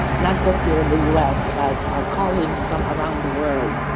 not just here in the us, but our colleagues from around the world.